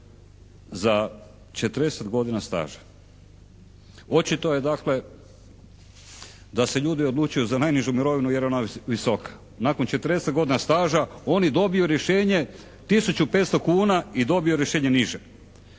za 40 godina staža. Očito je dakle da se ljudi odlučuju za najnižu mirovinu jer je ona visoka. Nakon 40 godina staža oni dobiju rješenje tisuću 500 kuna i dobiju rješenje niže.